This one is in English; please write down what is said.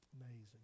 Amazing